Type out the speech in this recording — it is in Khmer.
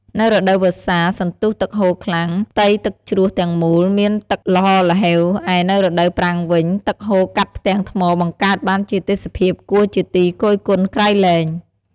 នៅរដូវវស្សាសន្ទុះទឹកហូរខ្លាំង ផ្ទៃទឹកជ្រោះទាំងមូលមានទឹកល្ហរល្ហេវ ឯនៅរដូវប្រាំងវិញ ទឹកហូរកាត់ផ្ទាំងថ្មបង្កើតបានជាទេសភាពគួរជាទីគយគន្ធក្រៃលែង។